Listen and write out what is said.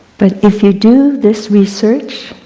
but if you do this research,